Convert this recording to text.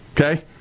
Okay